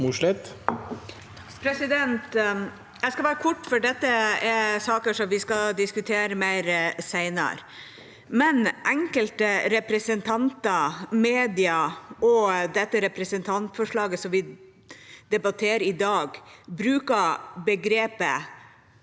Jeg skal være kort, for dette er saker vi skal diskutere mer senere. Enkelte representanter, media og det representantforslaget vi debatterer i dag, bruker begrepet